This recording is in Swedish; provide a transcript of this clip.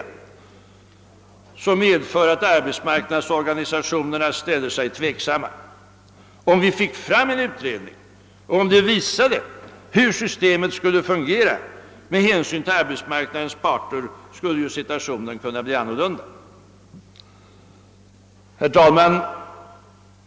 Detta kan vara anledningen till att arbetsmarknadsorganisationerna ställer sig tveksamma. Om vi finge fram en utredning och därigenom kunde visa hur systemet skulle fungera med hänsyn till arbetsmarknadens parter, skulle situationen kunna bli annorlunda. Herr talman!